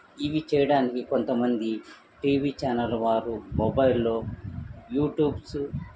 ఇవి చేయడానికి కొంతమంది టీవీ ఛానల్ వారు మొబైల్లో యూట్యూబ్సు